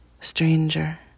stranger